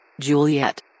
Juliet